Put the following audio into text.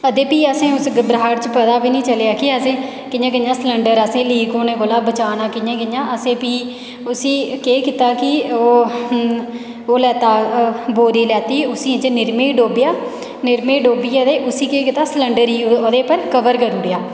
ते फ्ही असें उस घबराहट च पता बी नी चलेआ कि असें कि'यां कि'यां सलंडर असें लीक होने कोला बचाना कि'यां कि'यां असें फ्ही उसी केह् कीता कि ओह् ओह् लैती बोरी लैती उसी निरमे च डोबेआ निरमे च डोबिये ते उसी केह् कीता सलंडर गी ओह्दे पर कवर करी ओड़ेआ